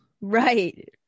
right